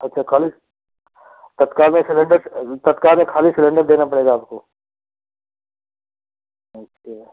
अच्छा खाली तत्काल में एक सिलेंडर तत्काल में खाली सिलेंडर देना पड़ेगा आपको अच्छा